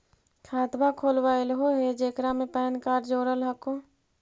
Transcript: खातवा खोलवैलहो हे जेकरा मे पैन कार्ड जोड़ल हको?